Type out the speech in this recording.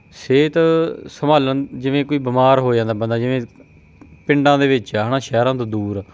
ਸਿਹਤ ਸੰਭਾਲਣ ਜਿਵੇਂ ਕੋਈ ਬਿਮਾਰ ਹੋ ਜਾਂਦਾ ਬੰਦਾ ਜਿਵੇਂ ਪਿੰਡਾਂ ਦੇ ਵਿੱਚ ਆ ਹੈ ਨਾ ਸ਼ਹਿਰਾਂ ਤੋਂ ਦੂਰ